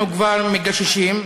אנחנו כבר מגששים,